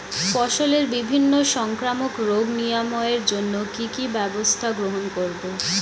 ফসলের বিভিন্ন সংক্রামক রোগ নিরাময়ের জন্য কি কি ব্যবস্থা গ্রহণ করব?